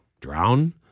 drown